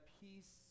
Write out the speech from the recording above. peace